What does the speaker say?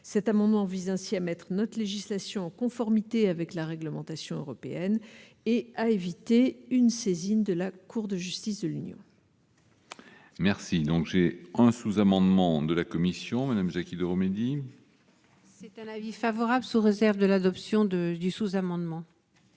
cet amendement vise ainsi à mettre notre législation en conformité avec la réglementation européenne et à éviter une saisine de la Cour de justice de l'Union. Merci donc j'ai un sous-amendement de la commission madame Jacky Deromedi. C'était l'avis favorable sous réserve de l'adoption de du sous-amendement.